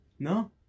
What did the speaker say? No